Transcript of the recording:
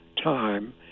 time